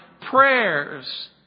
prayers